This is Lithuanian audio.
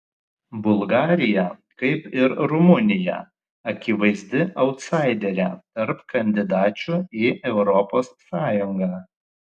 bulgarija kaip ir rumunija akivaizdi autsaiderė tarp kandidačių į europos sąjungą